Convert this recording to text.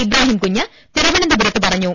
ഇബ്രാഹിംകുഞ്ഞ് തിരുവനന്തപുരത്ത് പറഞ്ഞു